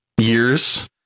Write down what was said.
years